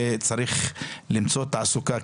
וצריך למצוא תעסוקה.